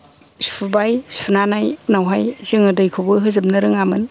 सुबाय सुनानै उनावहाय जोङो दैखौबो होजोबनो रोङामोन